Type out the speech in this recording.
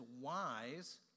wise